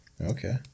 Okay